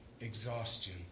Exhaustion